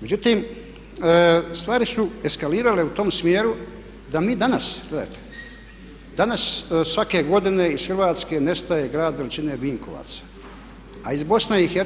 Međutim, stvari su eskalirale u tom smjeru da mi danas, danas, svake godine iz Hrvatske nestaje grad veličine Vinkovaca, a iz BIH je